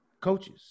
coaches